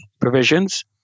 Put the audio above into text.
provisions